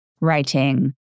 writing